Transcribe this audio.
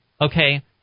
Okay